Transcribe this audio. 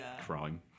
crime